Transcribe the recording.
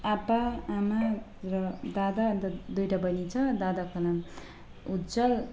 आप्पा आमा र दादा अन्त दुइटा बहिनी छ दादाको नाम उज्ज्वल